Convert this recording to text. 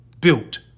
Built